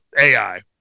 AI